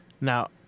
Now